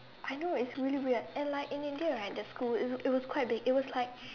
I know it's really weird and like in India right the school is it was like quite big it was like